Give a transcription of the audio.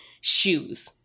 shoes